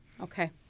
Okay